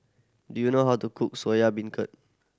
do you know how to cook Soya Beancurd